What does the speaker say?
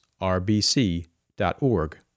rbc.org